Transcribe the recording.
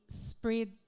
spread